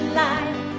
life